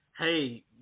Hey